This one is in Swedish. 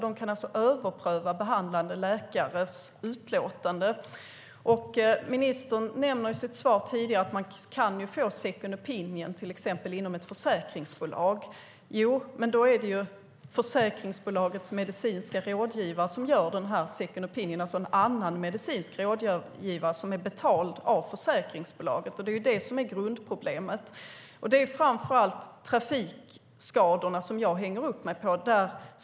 De kan alltså överpröva behandlande läkares utlåtande. Ministern nämnde i sitt svar tidigare att man kan få second opinion till exempel inom ett försäkringsbolag. Men då är det en medicinsk rådgivare betald av försäkringsbolaget som gör second opinion. Det är det som är grundproblemet. Det är framför allt trafikskadorna jag hänger upp mig på.